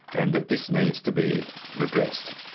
and that this needs to be redressed.